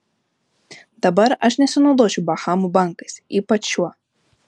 dabar aš nesinaudočiau bahamų bankais ypač šiuo